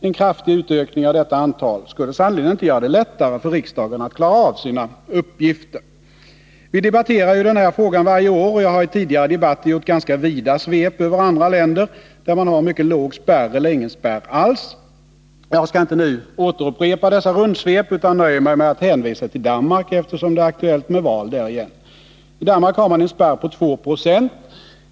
En kraftig utökning av detta antal skulle sannerligen inte göra det lättare för riksdagen att klara av sina uppgifter. Vi debatterar den här frågan varje år, och jag har i tidigare debatter gjort ganska vida svep över andra länder, där man har en mycket låg spärr eller ingen spärr alls. Jag skall inte nu upprepa dessa rundsvep, utan nöjer mig med att hänvisa till Danmark, eftersom det är aktuellt med val där igen. I Danmark har man en spärr på 2 20.